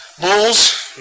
Bulls